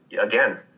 again